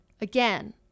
again